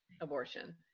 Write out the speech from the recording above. abortion